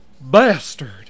bastard